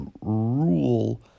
rule